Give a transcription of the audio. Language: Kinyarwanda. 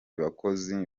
bakozi